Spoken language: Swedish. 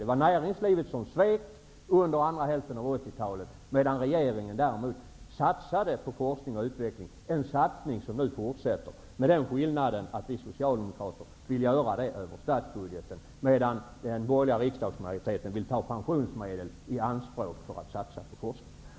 Det var näringslivet som svek under andra hälften av 80-talet, medan regeringen satsade på forskning och utveckling, en satsning som nu fortsätter -- men vi socialdemokrater vill göra det över statsbudgeten, medan den borgerliga riksdagsmajoriteten vill ta pensionsmedel i anspråk för att satsa på forskningen.